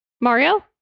Mario